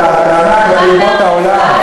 לטענה כלפי אומות העולם,